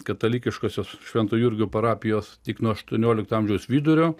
katalikiškosios švento jurgio parapijos tik nuo aštuoniolikto amžiaus vidurio